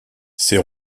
ses